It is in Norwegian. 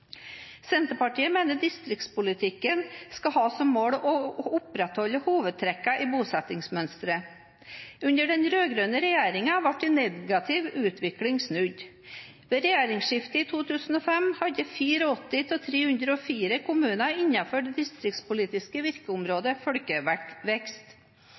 Senterpartiet mener distriktspolitikken skal ha som mål å opprettholde hovedtrekkene i bosettingsmønsteret. Under den rød-grønne regjeringen ble en negativ utvikling snudd. Ved regjeringsskiftet i 2005 hadde 84 av 304 kommuner innenfor det distriktspolitiske